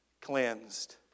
cleansed